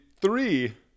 three